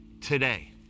today